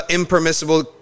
impermissible